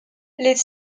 les